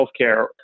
healthcare